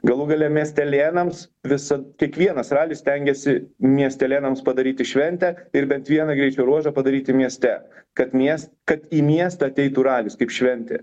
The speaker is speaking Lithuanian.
galų gale miestelėnams visa kiekvienas ralis stengiasi miestelėnams padaryti šventę ir bent vieną greičio ruožą padaryti mieste kad mies kad į miestą ateitų ralis kaip šventė